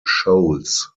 shoals